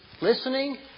listening